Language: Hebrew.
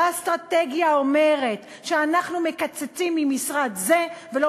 והאסטרטגיה אומרת שאנחנו מקצצים ממשרד זה ולא